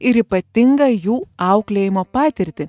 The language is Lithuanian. ir ypatingą jų auklėjimo patirtį